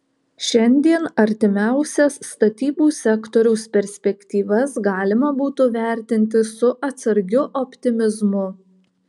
šiandien artimiausias statybų sektoriaus perspektyvas galima būtų vertinti su atsargiu optimizmu